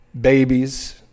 Babies